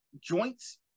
joints